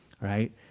right